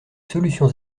solutions